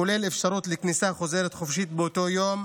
כולל אפשרות לכניסה חוזרת חופשית באותו יום,